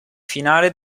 finale